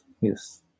yes